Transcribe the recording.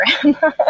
program